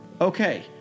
Okay